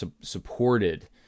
supported